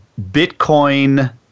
Bitcoin